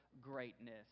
greatness